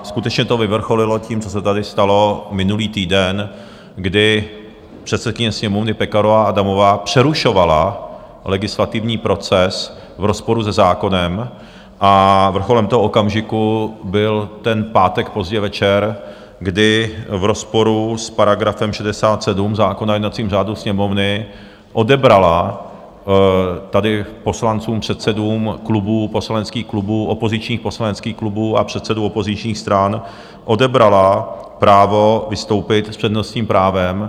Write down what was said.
Skutečně to vyvrcholilo tím, co se tady stalo minulý týden, kdy předsedkyně sněmovny Pekarová Adamová přerušovala legislativní proces v rozporu se zákonem, a vrcholem toho okamžiku byl ten pátek pozdě večer, kdy v rozporu s § 67 zákona o jednacím řádu Sněmovny odebrala tady poslancům, předsedům klubů, poslaneckých klubů, opozičních poslaneckých klubů a předsedům opozičních stran právo vystoupit s přednostním právem.